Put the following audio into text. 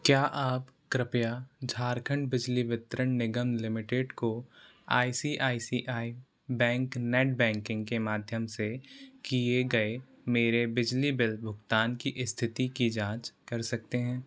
क्या आप कृपया झारखंड बिजली वितरण निगम लिमिटेड को I C I C I bank net banking के माध्यम से किए गए मेरे बिजली बिल गतान की स्थिति की जाँच कर सकते हैं